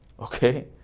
Okay